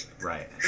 right